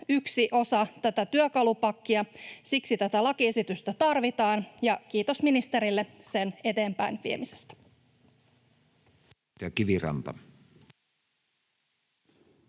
yksi osa tätä työkalupakkia. Siksi tätä lakiesitystä tarvitaan, ja kiitos ministerille sen eteenpäinviemisestä. [Speech